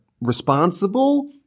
responsible